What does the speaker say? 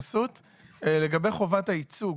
לגבי חובת הייצוג,